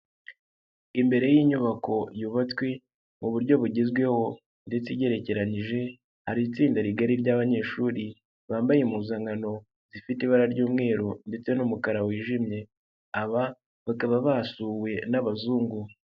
Imbere y'inyubako yubatswe mu buryo bugezweho ndetse igerekeranyije hari itsinda rigari ry'abanyeshuri bambaye impuzankano zifite ibara ry'umweru ndetse n'umukara wijimye, aba bakaba basuwe n'abazungu.